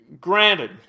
Granted